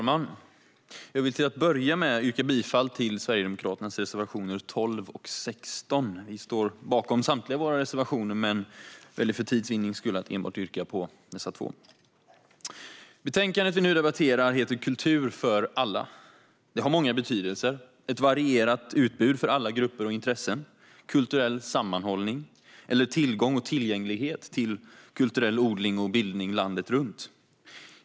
Herr talman! Jag yrkar bifall till SD:s reservationer 12 och 16. Vi står bakom samtliga våra reservationer men väljer för tids vinnande att enbart yrka bifall till dessa två. Betänkandet vi debatterar heter Kultur för alla . Det har många betydelser: ett varierat utbud för alla grupper och intressen, kulturell sammanhållning eller tillgång och tillgänglighet till kulturell odling och bildning landet runt.